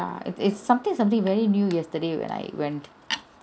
ya it is something something very new yesterday when I went